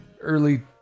early